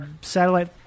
satellite